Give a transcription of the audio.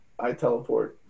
iTeleport